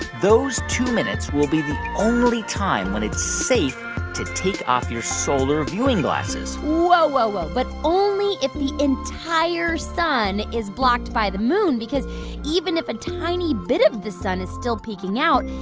those two minutes will be the only time when it's safe to take off your solar-viewing glasses whoa, whoa, whoa, but only if the entire sun is blocked by the moon because even if a tiny bit of the sun is still peeking out,